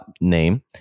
name